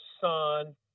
son